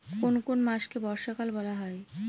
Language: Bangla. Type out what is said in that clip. কোন কোন মাসকে বর্ষাকাল বলা হয়?